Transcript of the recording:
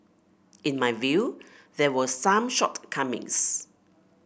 in my view there were some shortcomings